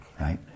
right